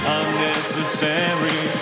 unnecessary